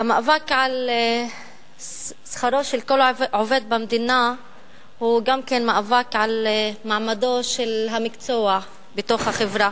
המאבק על שכרו של כל עובד במדינה הוא גם מאבק על מעמדו של המקצוע בחברה.